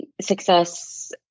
success